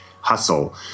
hustle